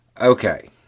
Okay